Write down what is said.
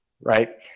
right